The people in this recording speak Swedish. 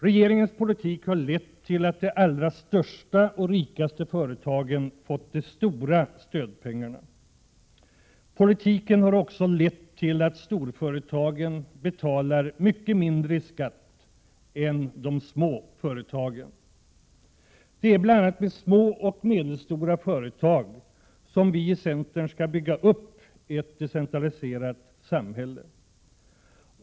Regeringens politik har lett till att de allra största och rikaste företagen har fått de stora stödpengarna. Politiken har också lett till att storföretagen betalar mycket mindre i skatt än de små företagen. Det är bl.a. med små och medelstora företag som vi i centern skall bygga upp ett decentraliserat samhälle.